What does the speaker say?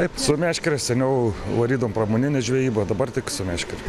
taip su meškere seniau varydavom į pramoninę žvejybą dabar tik su meškere